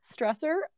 stressor